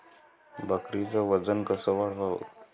बकरीचं वजन कस वाढवाव?